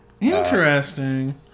Interesting